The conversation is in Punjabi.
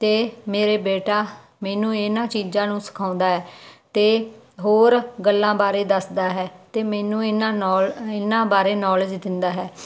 ਤੇ ਮੇਰੇ ਬੇਟਾ ਮੈਨੂੰ ਇਹਨਾਂ ਚੀਜ਼ਾਂ ਨੂੰ ਸਿਖਾਉਂਦਾ ਹੈ ਤੇ ਹੋਰ ਗੱਲਾਂ ਬਾਰੇ ਦੱਸਦਾ ਹੈ ਤੇ ਮੈਨੂੰ ਇੰਨਾ ਨੋ ਇਹਨਾਂ ਬਾਰੇ ਨੋਲੇਜ ਦਿੰਦਾ ਹੈ